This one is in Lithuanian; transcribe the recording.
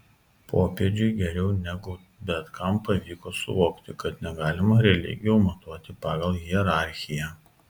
popiežiui geriau negu bet kam pavyko suvokti kad negalima religijų matuoti pagal hierarchiją